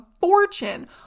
fortune